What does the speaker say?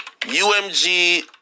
UMG